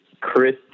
Chris